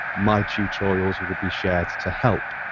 my tutorials will will be shared to help.